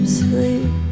sleep